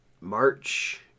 March